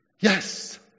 yes